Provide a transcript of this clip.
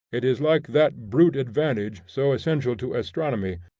it is like that brute advantage so essential to astronomy,